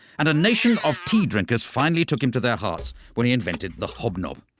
and a nation of tea drinkers finally took him to their hearts, when he invented the hobnob.